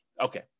Okay